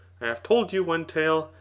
have told you one tale,